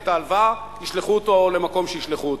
ישלחו אותו למקום שישלחו אותו,